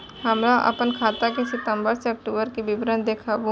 हमरा अपन खाता के सितम्बर से अक्टूबर के विवरण देखबु?